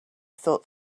thought